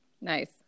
Nice